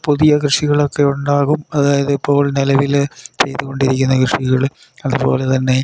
പുതിയ കൃഷികളൊക്കെയുണ്ടാകും അതായത് ഇപ്പോൾ നിലവിൽ ചെയ്തു കൊണ്ടിരിക്കുന്ന കൃഷികൾ അതുപോലെതന്നെ